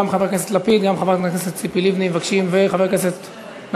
גם חבר הכנסת לפיד,